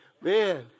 Man